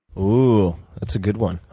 ooh, that's a good one.